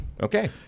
Okay